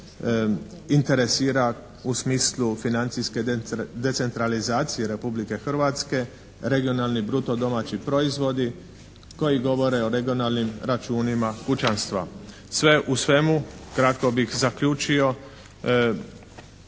u svemu kratko bih zaključio